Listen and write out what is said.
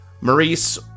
Maurice